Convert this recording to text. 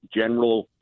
general